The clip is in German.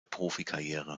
profikarriere